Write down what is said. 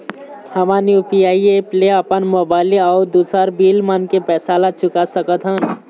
हमन UPI app ले अपन मोबाइल अऊ दूसर बिल मन के पैसा ला चुका सकथन